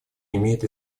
имеет